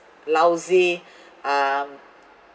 lousy um